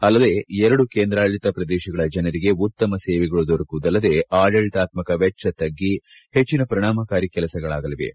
ಅಲ್ಲದೆ ಎರಡು ಕೇಂದ್ರಾಡಳಿತ ಪ್ರದೇಶಗಳ ಜನರಿಗೆ ಉತ್ತಮ ಸೇವೆಗಳು ದೊರಕುವುದಲ್ಲದೆ ಆಡಳಿತಾತ್ಮಕ ವೆಚ್ಚ ತಗ್ಗಿ ಹೆಚ್ಚಿನ ಪರಿಣಾಮಕಾರಿ ಕೆಲಸಗಳಾಗಲಿವೆ